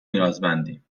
نیازمندیم